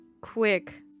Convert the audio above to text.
quick